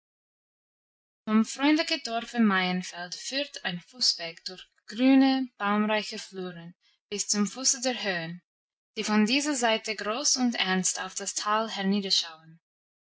freundlichen dorfe maienfeld führt ein fußweg durch grüne baumreiche fluren bis zum fuße der höhen die von dieser seite groß und ernst auf das tal